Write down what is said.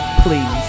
please